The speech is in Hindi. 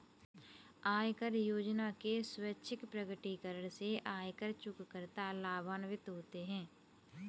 आय योजना के स्वैच्छिक प्रकटीकरण से आयकर चूककर्ता लाभान्वित होते हैं